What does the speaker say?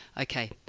Okay